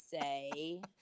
say